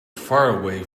faraway